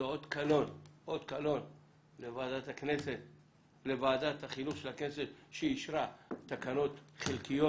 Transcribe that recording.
זאת אות קלון לוועדת החינוך של הכנסת שאישרה תקנות חלקיות.